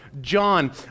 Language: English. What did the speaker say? John